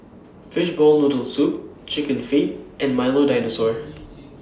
Fishball Noodle Soup Chicken Feet and Milo Dinosaur